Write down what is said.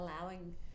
allowing